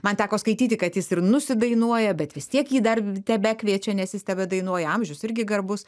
man teko skaityti kad jis ir nusidainuoja bet vis tiek jį dar tebekviečia nes jis tebedainuoja amžius irgi garbus